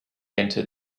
entered